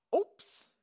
oops